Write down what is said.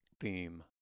theme